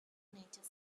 nature